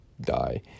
die